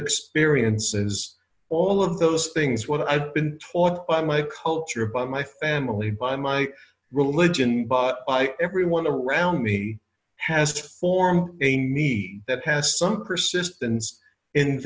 experiences all of those things what i've been taught by my culture by my family by my religion by everyone around me has formed a need that